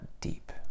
deep